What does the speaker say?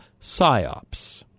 psyops